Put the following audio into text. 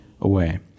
away